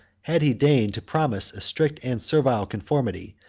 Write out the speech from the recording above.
had he deigned to promise a strict and servile conformity,